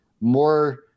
more